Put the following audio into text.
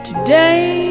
Today